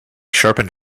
sharpened